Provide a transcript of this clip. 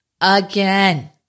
again